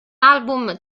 album